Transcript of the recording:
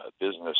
business